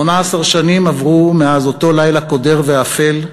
18 שנים עברו מאז אותו לילה קודר ואפל,